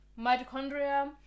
mitochondria